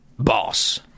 Boss